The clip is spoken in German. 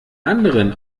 anderen